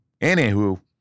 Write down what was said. Anywho